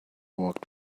walked